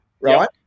right